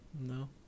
no